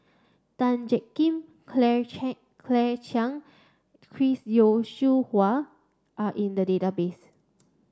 Tan Jiak Kim Claire Cha Claire Chiang Chris Yeo Siew Hua are in the database